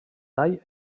tall